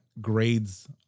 grades